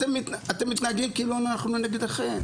אתם מתנהגים כאילו אנחנו נגדכם.